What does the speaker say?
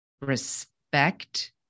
respect